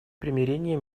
примирение